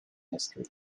history